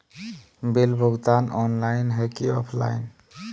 Bill भुगतान online है की ऑफलाइन?